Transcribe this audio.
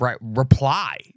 reply